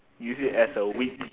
use it as a whip